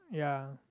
ya